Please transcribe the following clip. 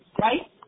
right